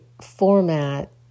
format